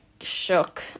shook